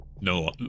No